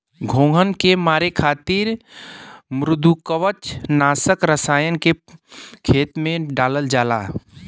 घोंघन के मारे खातिर मृदुकवच नाशक रसायन के खेत में डालल जाला